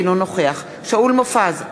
אינו נוכח שאול מופז,